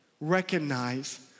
recognize